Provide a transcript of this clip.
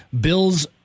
Bills